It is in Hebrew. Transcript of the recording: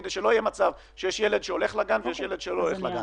כדי שלא יהיה מצב שיש ילד שהולך לגן ויש ילד שלא הולך לגן.